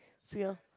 still young